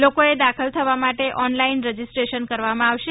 લોકોને દાખલ થવા માટે ઓનલાઇન રજીસ્ટ્રેશન કરવામાં આવશે